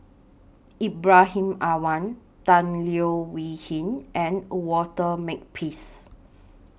Ibrahim Awang Tan Leo Wee Hin and Walter Makepeace